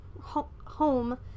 home